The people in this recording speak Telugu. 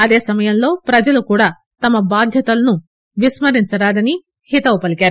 అదే సమయంలో ప్రజలు కూడా తమ బాధ్యతలను విస్క రించరాదని హితవు పలీకారు